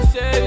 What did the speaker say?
Say